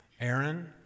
Aaron